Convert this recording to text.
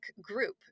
group